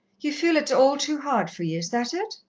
ye feel it's all too hard for ye, is that it?